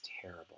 terrible